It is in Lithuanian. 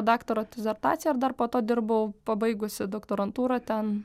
daktaro disertaciją ir dar po to dirbau pabaigusi doktorantūrą ten